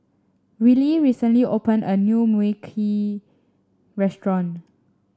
Willy recently opened a new Mui Kee restaurant